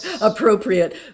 appropriate